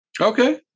Okay